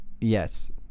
Yes